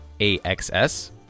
AXS